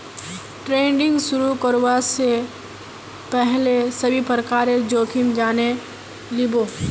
trading शुरू करवा स पहल सभी प्रकारेर जोखिम जाने लिबो